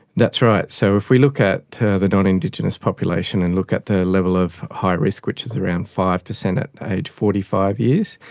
that's right. so if we look at the non-indigenous population and look at the level of high risk, which is around five percent at age forty five years,